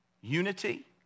Unity